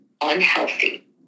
unhealthy